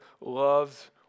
loves